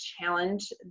challenge